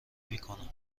میکنم